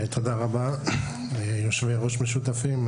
תודה רבה, יושבי הראש המשותפים.